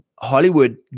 Hollywood